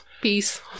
peace